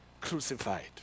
crucified